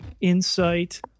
insight